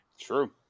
True